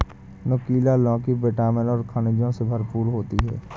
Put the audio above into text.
नुकीला लौकी विटामिन और खनिजों से भरपूर होती है